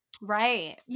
Right